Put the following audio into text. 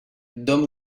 dom